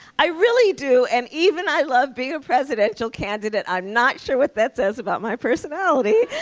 i really do. and even i love being a presidential candidate. i'm not sure what that says about my personality